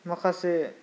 माखासे